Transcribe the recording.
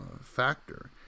Factor